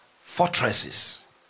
Fortresses